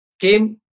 came